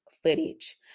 footage